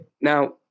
now